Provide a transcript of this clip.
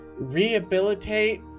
rehabilitate